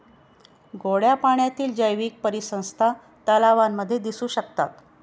गोड्या पाण्यातील जैवीक परिसंस्था तलावांमध्ये दिसू शकतात